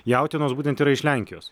jautienos būtent yra iš lenkijos